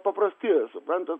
paprasti suprantat